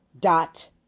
dot